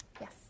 Yes